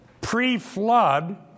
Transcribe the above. pre-flood